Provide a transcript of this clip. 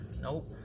Nope